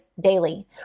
Daily